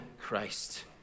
Christ